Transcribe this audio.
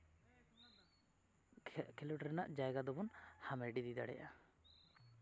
ᱠᱷᱮᱞᱳᱰ ᱨᱮᱱᱟᱜ ᱡᱟᱭᱜᱟ ᱫᱚᱵᱚᱱ ᱦᱟᱢᱮᱴ ᱤᱫᱤ ᱫᱟᱲᱮᱭᱟᱜᱼᱟ